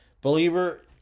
Believer